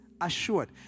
assured